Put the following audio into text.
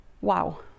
wow